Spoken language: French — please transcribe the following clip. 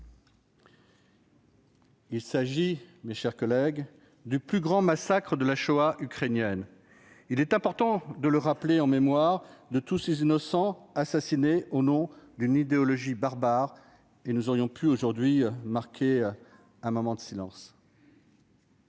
Il s'agit, mes chers collègues, du plus grand massacre de la Shoah ukrainienne ; il est important de le rappeler en mémoire de tous ces innocents assassinés au nom d'une idéologie barbare. Nous aurions pu marquer aujourd'hui un moment de silence